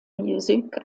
music